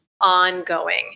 ongoing